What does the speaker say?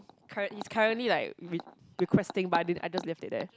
currently he's currently like re~ requesting but I did I just left it there